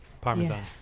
parmesan